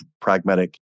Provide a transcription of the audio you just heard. pragmatic